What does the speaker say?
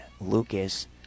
Lucas